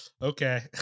Okay